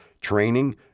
training